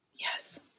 Yes